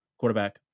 quarterback